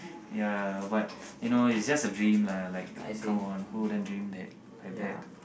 ya but you know it's just a dream lah like come on who wouldn't dream that have that